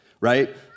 Right